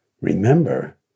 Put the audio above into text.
remember